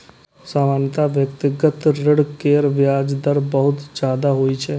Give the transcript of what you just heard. सामान्यतः व्यक्तिगत ऋण केर ब्याज दर बहुत ज्यादा होइ छै